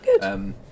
Good